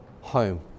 home